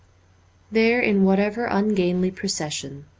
there in what ever ungainly procession,